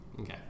Okay